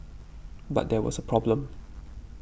but there was a problem